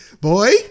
Boy